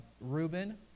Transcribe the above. Reuben